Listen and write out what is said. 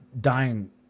dying